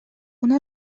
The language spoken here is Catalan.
una